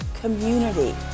community